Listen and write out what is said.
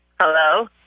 hello